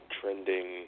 trending